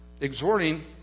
Exhorting